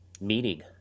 meaning